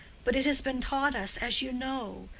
but it has been taught us, as you know,